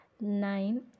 Nine